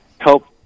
help